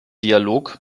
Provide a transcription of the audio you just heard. dialog